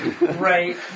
Right